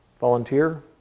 Volunteer